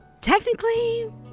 Technically